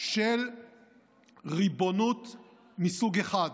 של ריבונות מסוג אחד: